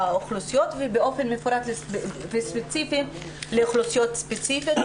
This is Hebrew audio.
האוכלוסיות ובאופן מפורט וספציפי לאוכלוסיות ספציפיות,